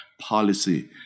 policy